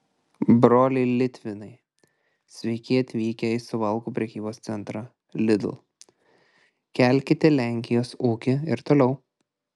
broliai litvinai sveiki atvykę į suvalkų prekybos centrą lidl kelkite lenkijos ūkį ir toliau